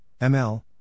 ML